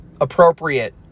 appropriate